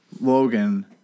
Logan